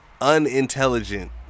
unintelligent